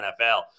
NFL